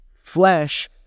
flesh